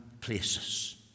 places